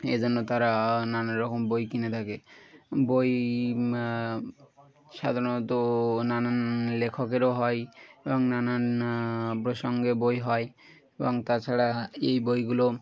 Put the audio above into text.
এজন্য তারা নানা রকম বই কিনে থাকে বই সাধারণত নানান লেখকেরও হয় এবং নানান প্রসঙ্গে বই হয় এবং তাছাড়া এই বইগুলো